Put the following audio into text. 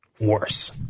worse